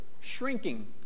shrinking